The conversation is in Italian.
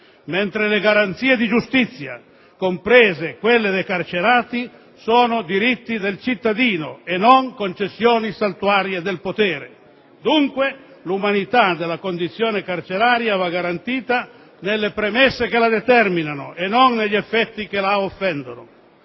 mentre le garanzie di giustizia, comprese quella dei carcerati, sono diritti del cittadino e non concessioni saltuarie del potere. Dunque, l'umanità della condizione carceraria va garantita nelle premesse che la determinano e non negli effetti che la offendono.